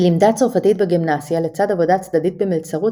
היא לימדה צרפתית בגימנסיה לצד עבודה צדדית במלצרות